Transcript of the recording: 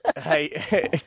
Hey